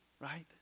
Right